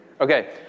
Okay